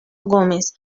gómez